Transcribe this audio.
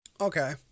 okay